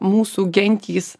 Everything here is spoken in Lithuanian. mūsų gentys